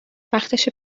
وقتشه